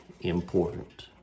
important